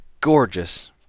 gorgeous